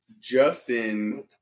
Justin